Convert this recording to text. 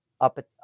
up